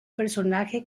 personaje